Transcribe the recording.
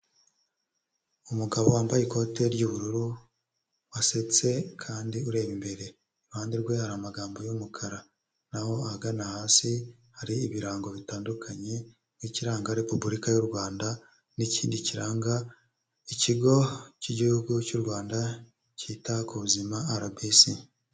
Umugabo wambaye ikote ry'ubururu wasetse kandi ureba imbere, iruhande rwe hari amagambo y'umukara naho agana hasi hari ibirango bitandukanye ikiranga repubulika y'u Rwanda n'ikindi kiranga ikigo cy'igihugu cy'u Rwanda cyita ku buzima arabisi.